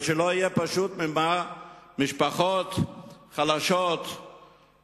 שלא יהיה למשפחות החלשות ממה לחיות.